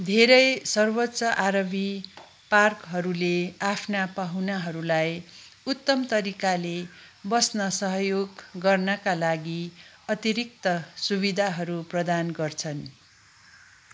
धेरै सर्वोच्च आरबी पार्कहरूले आफ्ना पाहुनाहरूलाई उत्तम तरिकाले बस्न सहयोग गर्नाका लागि अतिरिक्त सुविधाहरू प्रदान गर्छन्